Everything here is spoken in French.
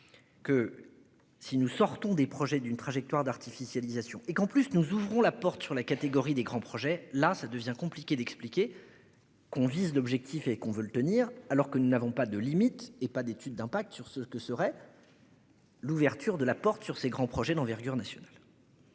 Que si nous sortons des projets d'une trajectoire d'artificialisation et qu'en plus nous ouvrons la porte sur la catégorie des grands projets là, ça devient compliqué d'expliquer. Qu'on vise l'objectif est qu'on veut le tenir alors que nous n'avons pas de limite et pas d'étude d'impact sur ce que serait. L'ouverture de la porte sur ses grands projets d'envergure nationale.